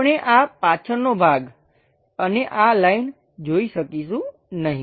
આપણે આ પાછળનો ભાગ અને આ લાઈન જોઈ શકીશું નહીં